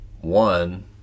one